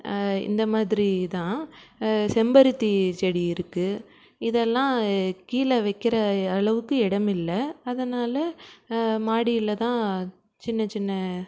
இந்த மாதிரி தான் செம்பருத்தி செடி இருக்குது இதெல்லாம் கீழே வைக்கிற அளவுக்கு இடமில்ல அதனால் மாடியில் தான் சின்ன சின்ன